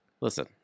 listen